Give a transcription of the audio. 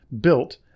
built